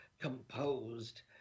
composed